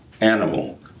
animal